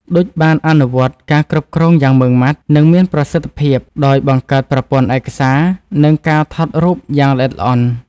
ឌុចបានអនុវត្តការគ្រប់គ្រងយ៉ាងម៉ឺងម៉ាត់ និងមានប្រសិទ្ធភាព ដោយបង្កើតប្រព័ន្ធឯកសារ និងការថតរូបយ៉ាងល្អិតល្អន់។